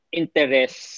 interest